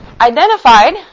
identified